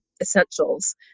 essentials